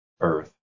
earth